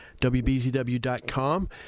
WBZW.com